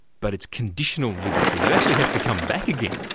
but it's conditional liberty you actually have to come back again.